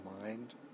mind